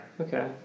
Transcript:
okay